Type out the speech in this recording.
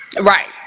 Right